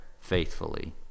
faithfully